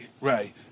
right